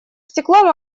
стеклом